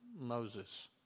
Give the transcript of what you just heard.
Moses